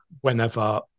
whenever